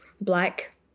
Black